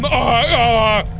ah